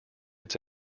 its